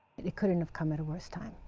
it couldn't have come at a worse time.